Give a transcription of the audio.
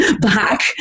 back